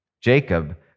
Jacob